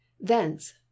thence